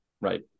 Right